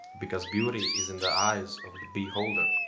because beauty is in the eyes of the bee-holder.